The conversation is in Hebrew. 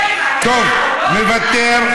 טוב, מוותר.